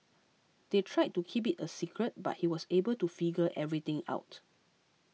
they tried to keep it a secret but he was able to figure everything out